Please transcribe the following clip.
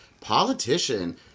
politician